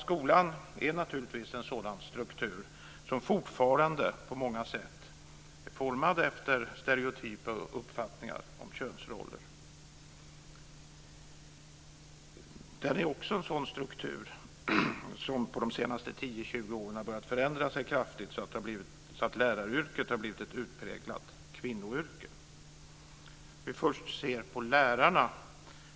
Skolan är naturligtvis en struktur som fortfarande på många sätt är formad efter stereotypa uppfattningar och könsroller. Den är också en struktur som under de senaste 10-20 har börjat förändras kraftigt, så att läraryrket har blivit ett utpräglat kvinnoyrke. Jag vill först se på lärarna.